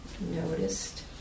noticed